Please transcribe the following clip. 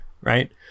right